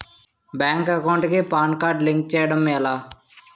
Bank account కి PAN card link చేయడం ఎలా?